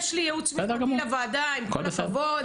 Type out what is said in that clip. יש לי ייעוץ משפטי לוועדה, עם כל הכבוד.